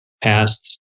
past